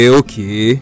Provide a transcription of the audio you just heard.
okay